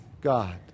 God